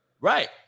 right